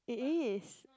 it is